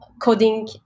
coding